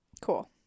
Cool